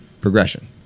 progression